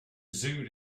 zoo